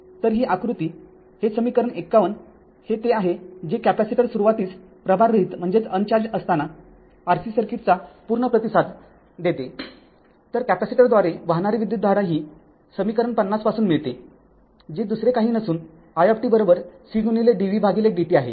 तर ही आकृती हे समीकरण ५१ हे ते आहे आहे जे कॅपेसिटर सुरुवातीस प्रभाररहित असताना Rc सर्किटचा पूर्ण प्रतिसाद देते तर कॅपेसिटरद्वारे वाहणारी विद्युतधारा ही समीकरण ५० पासून मिळते जी दुसरे काही नसून i C गुणिले dvdt आहे